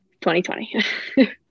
2020